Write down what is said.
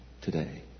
today